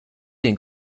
den